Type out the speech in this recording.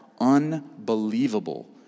unbelievable